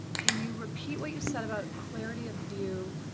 can you repeat what you said about clarity of view,